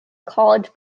college